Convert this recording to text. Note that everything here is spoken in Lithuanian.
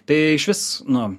tai išvis nu